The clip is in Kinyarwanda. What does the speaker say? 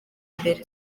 mbere